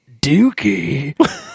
dookie